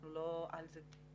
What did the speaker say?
אנחנו לא על זה.